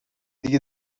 دیگه